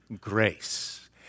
grace